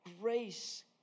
grace